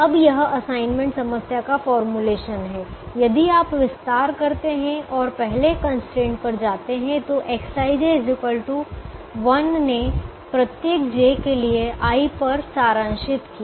अब यह असाइनमेंट समस्या का फॉर्मूलेशन है यदि आप विस्तार करते हैं और पहले कंस्ट्रेंट पर जाते हैं तो Xij 1 ने प्रत्येक j के लिए i पर सारांशित किया